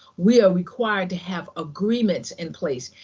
we are required to have agreements in place.